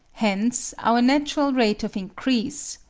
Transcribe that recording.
hence our natural rate of increase,